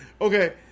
okay